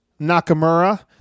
Nakamura